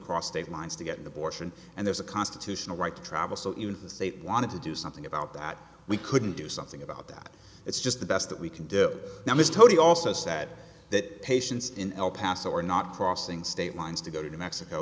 across state lines to get an abortion and there's a constitutional right to travel so even the state wanted to do something about that we couldn't do something about that it's just the best that we can do now is tony also said that patients in el paso are not crossing state lines to go to mexico